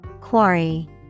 Quarry